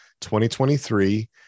2023